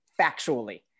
factually